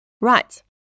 Right